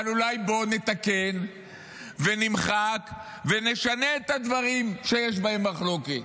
אבל אולי בוא נתקן ונמחק ונשנה את הדברים שיש בהם מחלוקת.